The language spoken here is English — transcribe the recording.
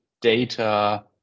data